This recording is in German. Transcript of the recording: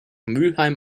mülheim